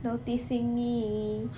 noticing me